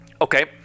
Okay